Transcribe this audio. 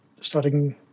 starting